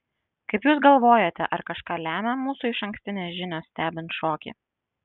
kaip jūs galvojate ar kažką lemia mūsų išankstinės žinios stebint šokį